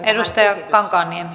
arvoisa puhemies